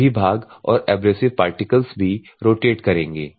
सभी भाग और एब्रेसिव पार्टिकल्स भी रोटेट करेंगे